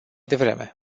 devreme